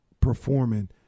performing